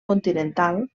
continental